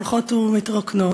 הולכות ומתרוקנות,